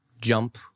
Jump